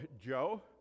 Joe